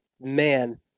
man